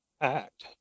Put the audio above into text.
act